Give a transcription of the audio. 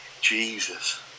Jesus